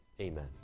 Amen